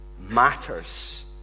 Matters